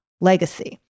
legacy